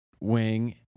wing